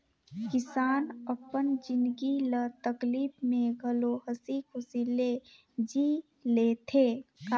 किसान अपन जिनगी ल तकलीप में घलो हंसी खुशी ले जि ले थें